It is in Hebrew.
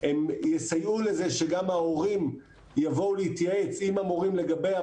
אז זו הזדמנות גם בשבילי להגיד הרבה